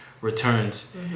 returns